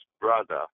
brother